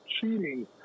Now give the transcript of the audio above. cheating